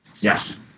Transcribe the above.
Yes